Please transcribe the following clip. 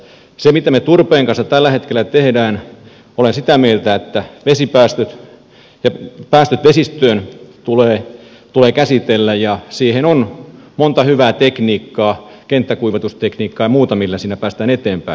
siitä mitä me turpeen kanssa tällä hetkellä teemme olen sitä mieltä että päästöt vesistöön tulee käsitellä ja siihen on monta hyvää tekniikkaa kenttäkuivatustekniikkaa ja muuta millä siinä päästään eteenpäin